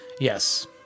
yes